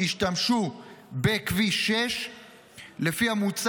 השתמשו בכביש 6. לפי המוצע,